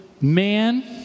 man